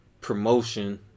promotion